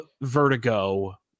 vertigo